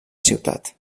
ciutat